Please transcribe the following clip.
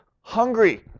hungry